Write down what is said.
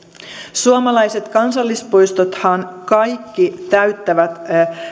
suomalaiset kansallispuistothan kaikki täyttävät